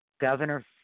Governor